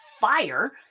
fire